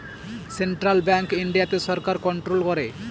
central bank ইন্ডিয়াতে সরকার control করে